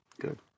Good